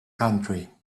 country